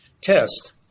test